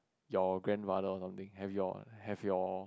your grandmother or something have your have your